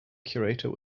curator